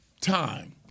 time